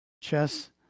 chess